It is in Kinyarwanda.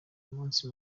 umunsi